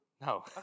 No